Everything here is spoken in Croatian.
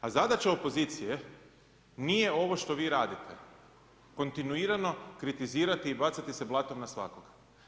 A zadaća opozicije nije ovo što vi radite, kontinuirano kritizirati i bacati se blatom na svakoga.